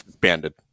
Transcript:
Banded